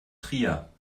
trier